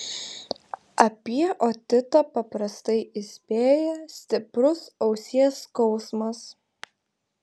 apie otitą paprastai įspėja stiprus ausies skausmas